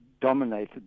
dominated